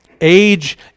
Age